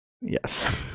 Yes